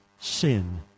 sin